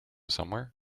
somewhere